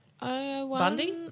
Bundy